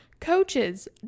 coaches